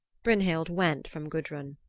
brynhild went from gudrun.